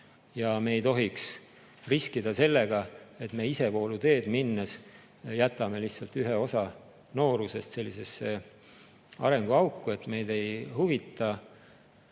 Me ei tohiks riskida sellega, et me isevoolu teed minnes jätame lihtsalt ühe osa noorusest sellisesse arenguauku, et meid ei huvita,